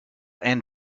and